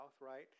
right